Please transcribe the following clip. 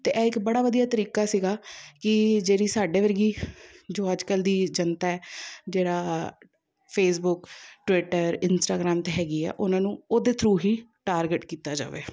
ਅਤੇ ਇਹ ਇੱਕ ਬੜਾ ਵਧੀਆ ਤਰੀਕਾ ਸੀਗਾ ਕਿ ਜਿਹੜੀ ਸਾਡੇ ਵਰਗੀ ਜੋ ਅੱਜ ਕੱਲ੍ਹ ਦੀ ਜਨਤਾ ਹੈ ਜਿਹੜਾ ਫੇਸਬੁਕ ਟਵਿੱਟਰ ਇੰਸਟਾਗ੍ਰਾਮ ਤਾਂ ਹੈਗੀ ਆ ਉਹਨਾਂ ਨੂੰ ਉਹਦੇ ਥਰੂ ਹੀ ਟਾਰਗੇਟ ਕੀਤਾ ਜਾਵੇ